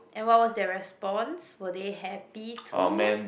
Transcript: and what was their response were they happy too